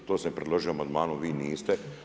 To sam i predložio amandmanom, vi niste.